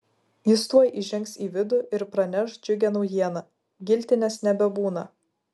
jis tuoj įžengs į vidų ir praneš džiugią naujieną giltinės nebebūna